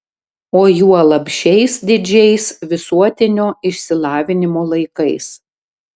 o juolab šiais didžiais visuotinio išsilavinimo laikais